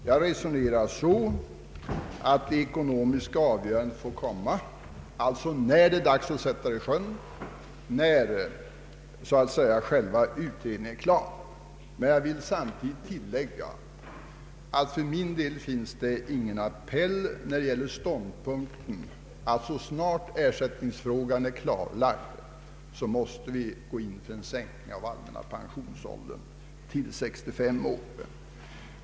Jag anser att det ekonomiska avgörandet får komma när det så att säga är dags för sjösättning, d. v. s. när själva utredningen är klar, men jag vill samtidigt tillägga att för min del finns ingen appell när det gäller ståndpunkten att vi så snart ersättningsfrågan är klarlagd måste gå in för en sänkning av den allmänna pensionsåldern till 65 år.